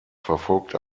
verfolgt